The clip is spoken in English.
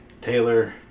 Taylor